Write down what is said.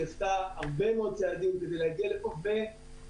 היא עשתה הרבה מאוד צעדים כדי להגיע --- חבילת